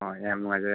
ꯑꯣ ꯌꯥꯝ ꯅꯨꯡꯉꯥꯏꯖꯔꯦ